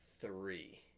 three